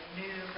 new